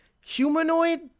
humanoid